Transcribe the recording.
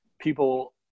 People